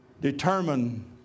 determine